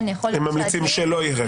הם ממליצים שלא יהיה.